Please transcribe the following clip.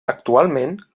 actualment